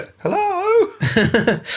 Hello